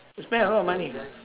spend a lot of money